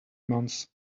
months